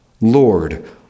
Lord